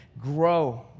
grow